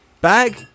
bag